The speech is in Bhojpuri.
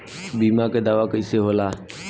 बीमा के दावा कईसे होला?